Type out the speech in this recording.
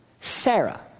Sarah